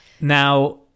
Now